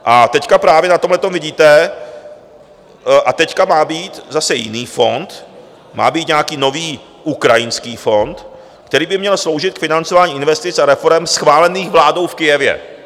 A teď právě na tomhle vidíte, a teď má být zase jiný fond, má být nějaký nový ukrajinský fond, který by měl sloužit k financování investic a reforem schválených vládou v Kyjevě.